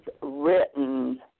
written